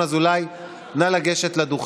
לשים את זה על השולחן: יש הבדלים בצרכים,